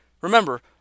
Remember